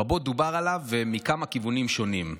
רבות דובר עליו, ומכמה כיוונים שונים.